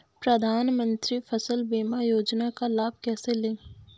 प्रधानमंत्री फसल बीमा योजना का लाभ कैसे लें?